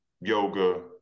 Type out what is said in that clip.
yoga